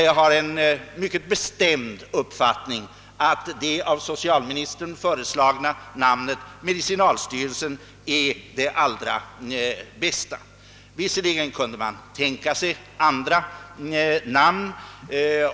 Jag hyser den mycket bestämda uppfattningen att det av socialministern föreslagna namnet medicinalstyrelsen är det allra bästa. Visserligen kan man tänka sig andra namn.